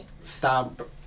stop